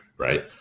right